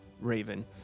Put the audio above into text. Raven